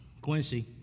Quincy